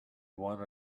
one